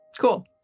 Cool